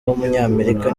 w’umunyamerika